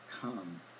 come